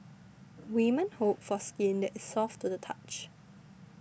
women hope for skin that is soft to the touch